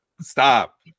stop